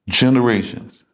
generations